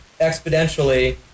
exponentially